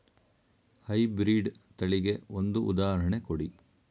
High breed ತಳಿಗೆ ಒಂದು ಉದಾಹರಣೆ ಕೊಡಿ?